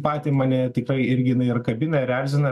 patį mane tikrai irgi ir kabina ir erzina